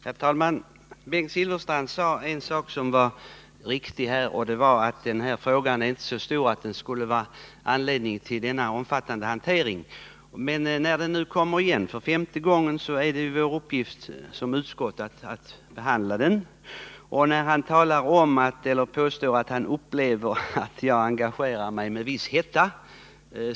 Herr talman! Bengt Silfverstrand sade en sak som är riktig, nämligen att den här frågan inte är av sådan vikt att den skulle ge anledning till denna omfattande hantering. Men när nu frågan kommer igen för femte gången är det utskottets uppgift att behandla den. Bengt Silfverstrand tycker att jag engagerar mig med viss hetta.